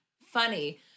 funny